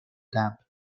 damp